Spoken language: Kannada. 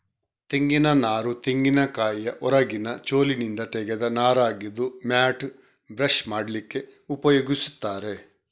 ತೆಂಗಿನ ನಾರು ತೆಂಗಿನಕಾಯಿಯ ಹೊರಗಿನ ಚೋಲಿನಿಂದ ತೆಗೆದ ನಾರಾಗಿದ್ದು ಮ್ಯಾಟ್, ಬ್ರಷ್ ಮಾಡ್ಲಿಕ್ಕೆ ಉಪಯೋಗಿಸ್ತಾರೆ